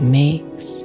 makes